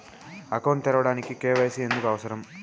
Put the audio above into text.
Account తెరవడానికి, KYC ఎందుకు అవసరం?